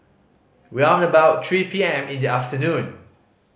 round about three P M in the afternoon